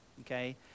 Okay